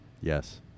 Yes